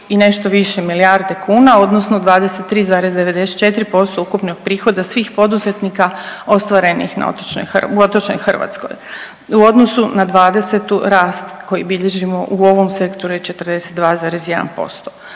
i nešto više milijarde kuna, odnosno 23,94% ukupnog prihoda svih poduzetnika ostvarenih na otočnoj .../nerazumljivo/... u otočnoj Hrvatskoj. U odnosu na '20., rast koji bilježimo u ovom sektoru je 42,1%.